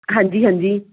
ਹਾਂਜੀ ਹਾਂਜੀ